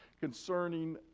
concerning